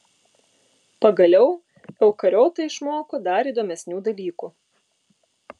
pagaliau eukariotai išmoko dar įdomesnių dalykų